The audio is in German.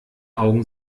augen